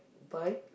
bike